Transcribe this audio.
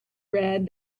read